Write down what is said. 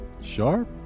Sharp